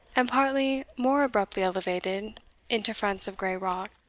and partly more abruptly elevated into fronts of grey rock,